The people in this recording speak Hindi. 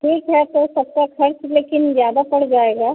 ठीक है तो सबका खर्च लेकिन ज़्यादा पड़ जाएगा